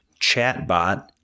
chatbot